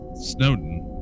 Snowden